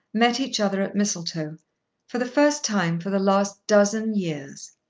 met each other at mistletoe for the first time for the last dozen years.